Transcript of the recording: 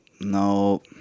no